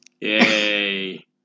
yay